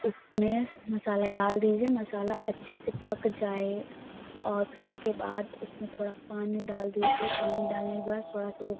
उसमें मसाला डाल दीजिए मसाला अच्छे से पक जाए और फिर उसके बाद उसमें थोड़ा पानी डाल दीजिए पानी डालने के बाद थोड़ा सा वो